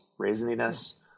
raisininess